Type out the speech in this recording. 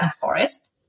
forest